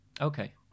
Okay